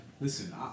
listen